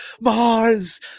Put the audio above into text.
Mars